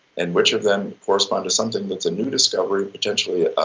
and which of them correspond to something that's a new discovery, potentially a